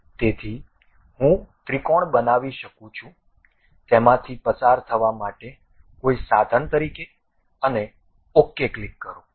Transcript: તેથી હું ત્રિકોણ બનાવી શકું છું તેમાંથી પસાર થવા માટે કોઈ સાધન તરીકે અને OK ક્લિક કરો